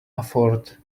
afford